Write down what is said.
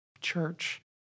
church